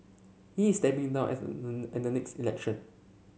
he is stepping down at the at the next election